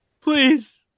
Please